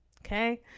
okay